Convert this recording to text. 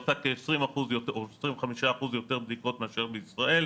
היא עושה כ-20% או 25% יותר בדיקות מאשר ישראל,